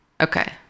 Okay